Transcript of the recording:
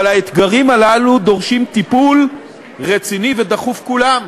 אבל האתגרים הללו דורשים טיפול רציני ודחוף כולם.